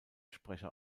sprecher